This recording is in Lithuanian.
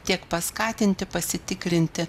tiek paskatinti pasitikrinti